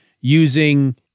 using